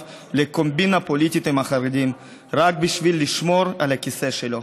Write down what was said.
לקומבינה פוליטית עם החרדים רק בשביל לשמור על הכיסא שלו.